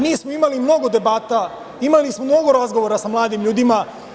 Mi smo imali mnogo debata, imali smo mnogo razgovora sa mladim ljudima.